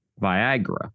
Viagra